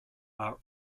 are